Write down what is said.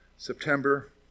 September